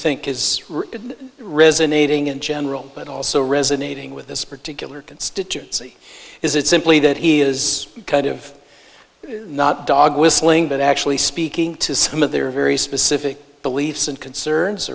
think is resonating in general but also resonating with this particular constituency is it simply that he is kind of not dog whistling but actually speaking to some of their very specific beliefs and concerns